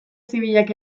zibilak